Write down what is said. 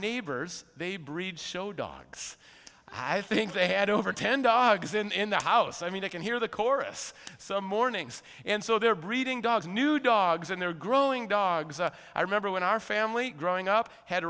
neighbors they breed show dogs i think they had over ten dogs in the house i mean i can hear the chorus some mornings and so they're breeding dogs new dogs and they're growing dogs and i remember when our family growing up had